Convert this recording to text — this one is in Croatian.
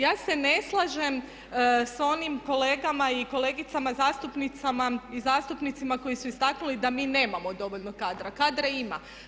Ja se ne slažem sa onim kolegama i kolegicama zastupnicama i zastupnicima koji su istaknuli da mi nemamo dovoljno kadra, kadra ima.